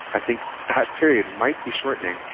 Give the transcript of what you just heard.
i think that period might be shortening,